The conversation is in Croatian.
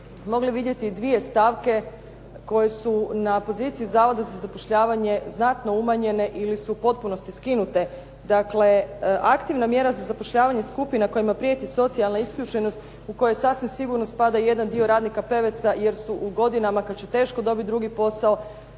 mogli vidjeti dvije stavke koje su na poziciji Zavoda za zapošljavanje znatno umanjene ili su u potpunosti skinute. Dakle, aktivna mjera za zapošljavanje skupina kojima prijeti socijalna isključenost u koju sasvim sigurno spada jedan dio radnika "Peveca" jer su u godinama kad će teško dobit drugi posao,